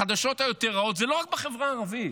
החדשות היותר-רעות: זה לא רק בחברה הערבית.